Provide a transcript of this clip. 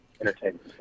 entertainment